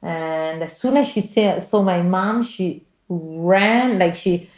and as soon as she says so my mom, she ran like she